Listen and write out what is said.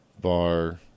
bar